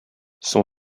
son